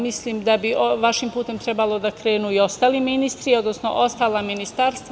Mislim da bi vašim putem trebalo da krenu i ostali ministri, odnosno ostala ministarstva.